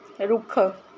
ਰੁੱਖ